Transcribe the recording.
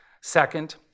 Second